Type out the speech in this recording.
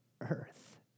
earth